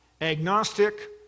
agnostic